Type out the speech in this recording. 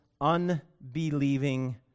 unbelieving